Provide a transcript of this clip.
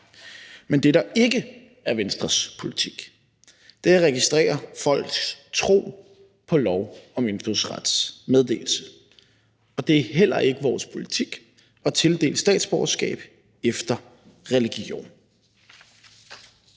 Men det, der ikke er Venstres politik, er at registrere folks tro på lovforslaget om indfødsrets meddelelse, og det er heller ikke vores politik at tildele statsborgerskab efter religion.